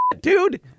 dude